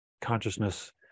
consciousness